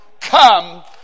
Come